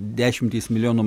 dešimtys milijonų